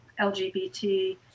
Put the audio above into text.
LGBT